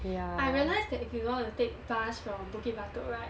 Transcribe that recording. I realised that if you want to take bus from bukit batok right